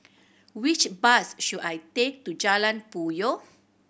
which bus should I take to Jalan Puyoh